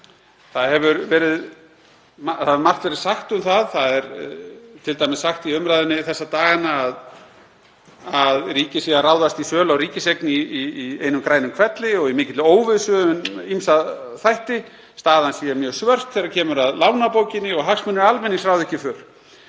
Það hefur margt verið sagt um það. Það er t.d. sagt í umræðunni þessa dagana að ríkið sé að ráðast í sölu á ríkiseign í einum grænum hvelli og í mikilli óvissu um ýmsa þætti. Staðan sé mjög svört þegar kemur að lánabókinni og hagsmunir almennings ráði ekki för.